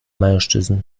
mężczyzn